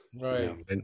Right